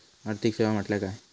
आर्थिक सेवा म्हटल्या काय?